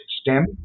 STEM